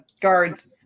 guards